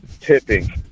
tipping